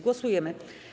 Głosujemy.